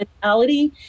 mentality